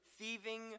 thieving